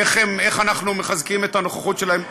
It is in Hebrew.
איך אנחנו מחזקים את הנוכחות שלהם,